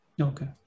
Okay